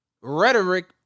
rhetoric